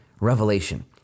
revelation